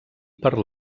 per